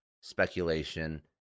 speculation